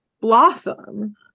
blossom